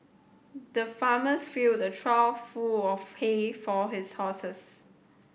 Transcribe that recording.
the farmers filled a trough full of hay for his horses